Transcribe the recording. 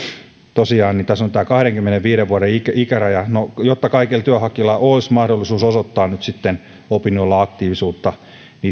tosiaan tässä on tämä kahdenkymmenenviiden vuoden ikäraja no jotta kaikilla työnhakijoilla olisi mahdollisuus osoittaa nyt sitten opinnoilla aktiivisuutta niin